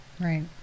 Right